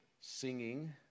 Singing